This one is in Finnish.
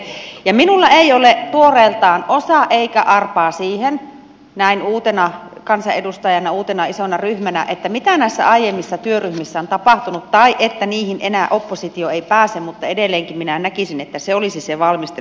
minulla ei ole tuoreeltaan osaa eikä arpaa siihen näin uutena kansanedustajana uudessa isossa ryhmässä mitä näissä aiemmissa työryhmissä on tapahtunut tai että niihin enää oppositio ei pääse mutta edelleenkin minä näkisin että se olisi se valmistelun pohja